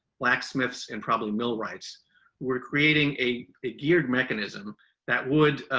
blacksmiths and probably millwrights were creating a a geared mechanism that would,